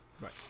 Right